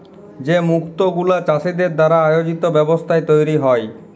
যে মুক্ত গুলা চাষীদের দ্বারা আয়জিত ব্যবস্থায় তৈরী হ্যয়